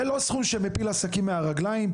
זה לא סכום שמפיל עסקים מהרגליים.